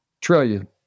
trillion